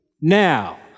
Now